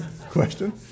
question